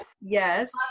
yes